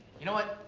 you know what?